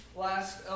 last